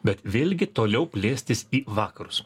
bet vėlgi toliau plėstis į vakarus